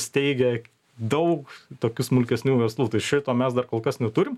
steigia daug tokių smulkesnių verslų šito mes dar kol kas neturim